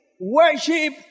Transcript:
worship